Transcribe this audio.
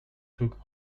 took